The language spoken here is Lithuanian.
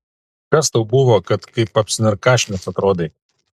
kas tau buvo kad kaip apsinarkašinęs atrodai